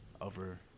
over